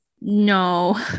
No